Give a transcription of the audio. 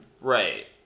Right